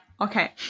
okay